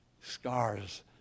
Scars